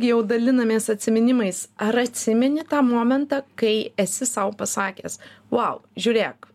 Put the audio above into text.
jau dalinamės atsiminimais ar atsimeni tą momentą kai esi sau pasakęs vau žiūrėk